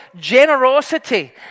generosity